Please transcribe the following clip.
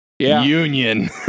Union